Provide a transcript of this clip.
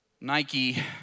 Nike